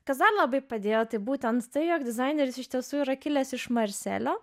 kas dar labai padėjo tai būtent tai jog dizaineris iš tiesų yra kilęs iš marselio